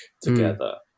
together